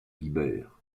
guibert